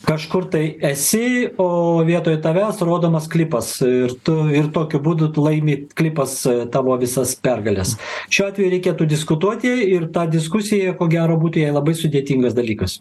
kažkur tai esi o vietoj tavęs rodomas klipas ir tu ir tokiu būdu laimi klipas su tavo visas pergales šiuo atveju reikėtų diskutuoti ir ta diskusija ko gero būtų jai labai sudėtingas dalykas